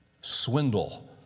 Swindle